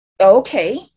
Okay